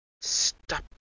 stop